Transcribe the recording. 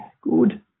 good